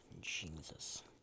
Jesus